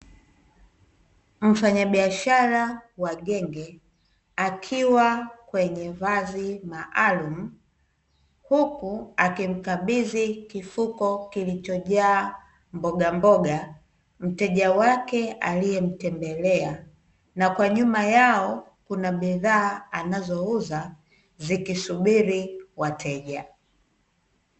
Mfanya biashara wa genge akiwa kwenye vazi maalum, huku akimkabidhi kifuko kilichojaa mbogamboga mteja wake aliyemtembelea, na kwa nyuma yao kuna bidhaa anazouza zikisubiri wateja.